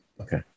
Okay